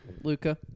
Luca